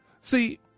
See